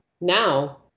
now